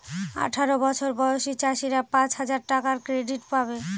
আঠারো বছর বয়সী চাষীরা পাঁচ হাজার টাকার ক্রেডিট পাবে